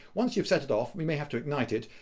once you've set it off, you may have to ignite it,